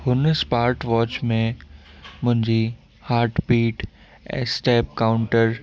हुन स्मार्टवॉच में मुंहिंजी हार्टबीट ऐं स्टेप काउंटर